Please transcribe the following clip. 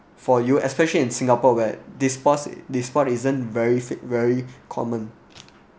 for you especially in singapore where this sport this sport isn't very fit very common